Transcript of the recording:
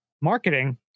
marketing